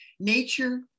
Nature